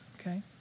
okay